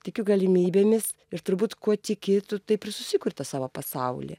tikiu galimybėmis ir turbūt kuo tiki tu taip ir susikuri tą savo pasaulį